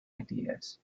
ideas